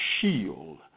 shield